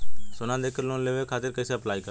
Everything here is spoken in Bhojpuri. सोना देके लोन लेवे खातिर कैसे अप्लाई करम?